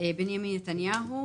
בנימין נתניהו,